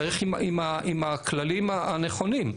צריך עם הכללים הנכונים.